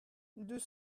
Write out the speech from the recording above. deux